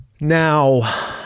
Now